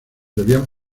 debían